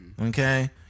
Okay